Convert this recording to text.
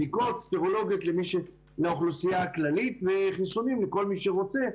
בדיקות סרולוגיות לאוכלוסייה הכללית וחיסונים לכל מי שרוצה.